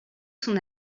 son